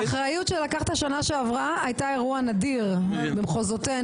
והאחריות שלקחת שנה שעברה הייתה אירוע נדיר במחוזותינו,